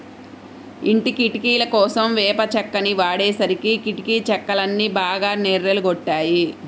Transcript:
ఇంటి కిటికీలకోసం వేప చెక్కని వాడేసరికి కిటికీ చెక్కలన్నీ బాగా నెర్రలు గొట్టాయి